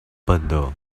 bundle